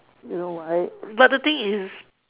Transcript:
you know why but the thing is